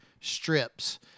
strips